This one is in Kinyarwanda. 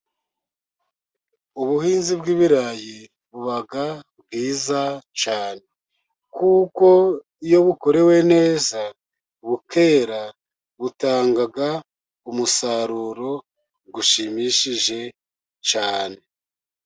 Ubuhinzi bw'ibirayi buba bwiza cyane. Kuko iyo bukorewe neza bukera, butangaga umusaruro ushimishije cyane.